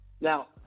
Now